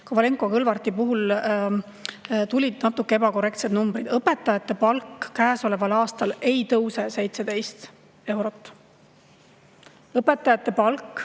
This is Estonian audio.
Kovalenko-Kõlvarti puhul kõlasid natuke ebakorrektsed numbrid. Õpetajate palk käesoleval aastal ei tõuse 17 eurot. Õpetajate palk